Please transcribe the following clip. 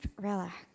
relax